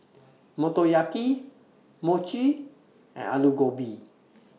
Motoyaki Mochi and Alu Gobi